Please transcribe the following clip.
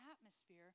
atmosphere